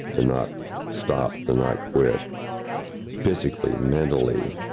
to not stop the night quit physically, mentally,